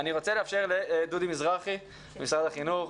אני רוצה לאפשר לדודי מזרחי ממשרד החינוך.